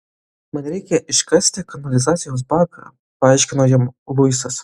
man reikia iškasti kanalizacijos baką paaiškino jam luisas